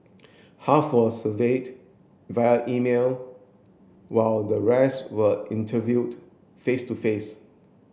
half were surveyed via email while the rest were interviewed face to face